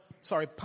sorry